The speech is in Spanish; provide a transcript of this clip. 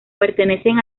pertenecen